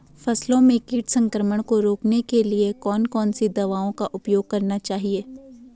फसलों में कीट संक्रमण को रोकने के लिए कौन कौन सी दवाओं का उपयोग करना चाहिए?